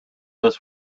this